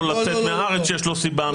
לצאת מהארץ כשיש לו סיבה אמיתית לצאת ממנה.